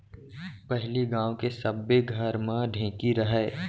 पहिली गांव के सब्बे घर म ढेंकी रहय